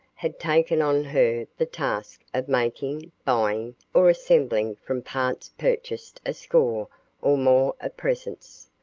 had taken on her the task of making, buying, or assembling from parts purchased a score or more of presents.